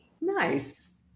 Nice